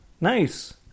Nice